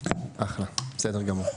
אחלה, בסדר גמור.